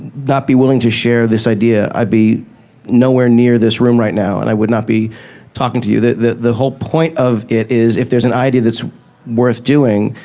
not be willing to share this idea, i'd be nowhere near this room right now, and i would not be talking to you. the the whole point of it is if there's an idea that's worth doing,